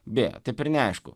beje taip ir neaišku